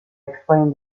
explained